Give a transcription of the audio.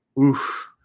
oof